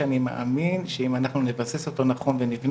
שאני מאמין שאם אנחנו נבסס אותו נכון ונבנה